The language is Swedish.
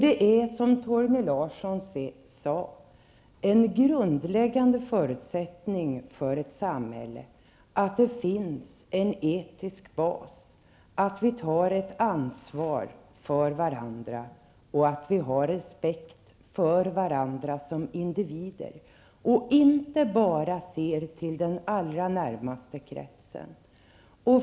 Det är, som Torgny Larsson sade, en grundläggande förutsättning för ett samhälle att det finns en etisk bas, att vi tar ett ansvar för varandra samt att vi har respekt för varandra som individer och inte bara ser till den allra närmaste kretsen.